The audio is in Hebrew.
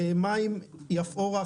במים יפאורה,